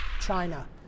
China